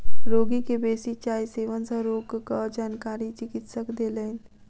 रोगी के बेसी चाय सेवन सँ रोगक जानकारी चिकित्सक देलैन